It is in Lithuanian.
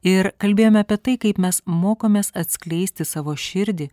ir kalbėjome apie tai kaip mes mokomės atskleisti savo širdį